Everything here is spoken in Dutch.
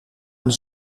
een